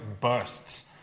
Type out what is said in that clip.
bursts